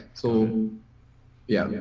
so yeah yeah,